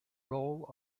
role